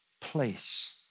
place